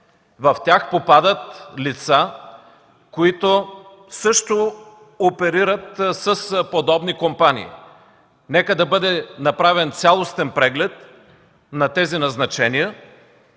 В тях попадат лица, които също оперират с подобни компании. Нека бъде направен цялостен преглед на тези назначения